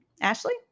Ashley